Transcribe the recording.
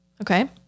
Okay